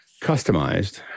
customized